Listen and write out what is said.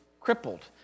crippled